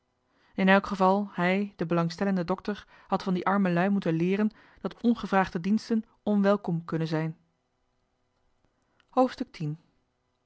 in elk geval hij de belangstellende dokter had van die arme lui moeten leeren dat ongevraagde diensten onwelkom kunnen zijn